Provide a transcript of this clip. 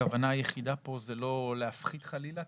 הכוונה היחידה פה זה לא להפחית חלילה,